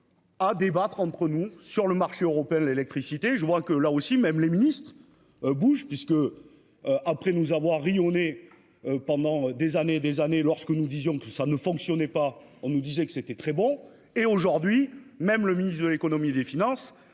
À débattre entre nous sur le marché européen de l'électricité. Je vois que là aussi, même les ministres. Bush puisque. Après nous avoir ri, on est. Pendant des années et des années, lorsque nous disions, que ça ne fonctionnait pas. On nous disait que c'était très bon. Et aujourd'hui même, le ministre de l'Économie et des Finances